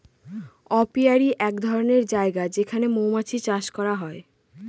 apiary এক ধরনের জায়গা যেখানে মৌমাছি চাষ করা হয়